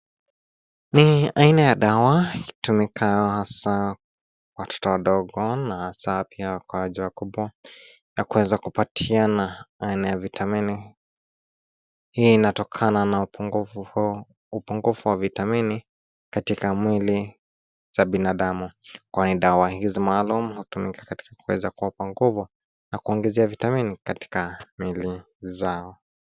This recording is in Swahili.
Ni aina ya dawa, hutumika hasa watoto wadogo na hasa pia wagonjwa wakubwa. Na kuweza kupatiana aina ya vitamini. Hii inatokana na upungufu wa vitamini katika mwili za binadamu kwani dawa hizi maalumu hatumika katika kuweza kuwapa nguvu na kuongezea vitamini katika miili zao.